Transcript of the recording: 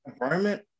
environment